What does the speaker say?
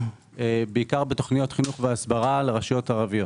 בעיקר בתוכניות חינוך והסברה לרשויות ערביות.